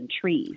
trees